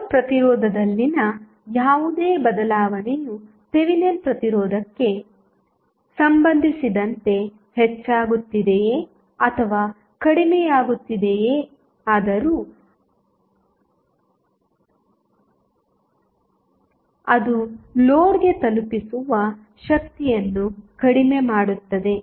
load ಪ್ರತಿರೋಧದಲ್ಲಿನ ಯಾವುದೇ ಬದಲಾವಣೆಯು ಥೆವೆನಿನ್ ಪ್ರತಿರೋಧಕ್ಕೆ ಸಂಬಂಧಿಸಿದಂತೆ ಹೆಚ್ಚಾಗುತ್ತಿದೆಯೆ ಅಥವಾ ಕಡಿಮೆಯಾಗುತ್ತದೆಯಾದರೂ ಅದು ಲೋಡ್ಗೆ ತಲುಪಿಸುವ ಶಕ್ತಿಯನ್ನು ಕಡಿಮೆ ಮಾಡುತ್ತದೆ